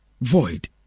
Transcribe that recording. void